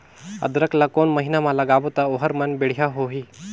अदरक ला कोन महीना मा लगाबो ता ओहार मान बेडिया होही?